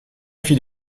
fit